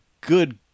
good